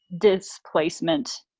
displacement